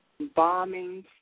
bombings